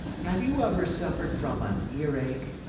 have you ever suffered from an earache?